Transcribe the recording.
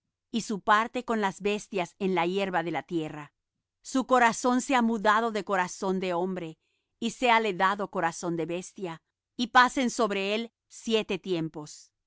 y su parte con las bestias en la hierba de la tierra su corazón sea mudado de corazón de hombre y séale dado corazón de bestia y pasen sobre él siete tiempos